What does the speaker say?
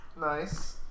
Nice